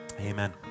Amen